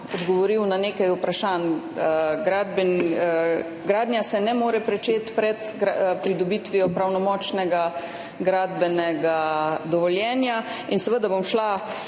na nekaj vprašanj. Gradnja se ne more pričeti pred pridobitvijo pravnomočnega gradbenega dovoljenja. Trije odseki